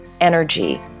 energy